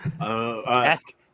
Ask